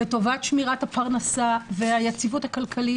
לטובת שמירת הפרנסה והיציבות הכלכלית